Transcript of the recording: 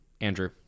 Andrew